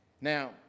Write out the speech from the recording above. now